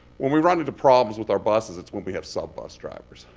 when we run into problems with our buses, it's when we have sub bus drivers.